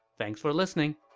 thanks for listening!